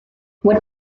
what